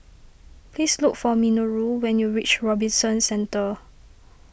please look for Minoru when you reach Robinson Centre